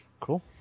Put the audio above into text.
Cool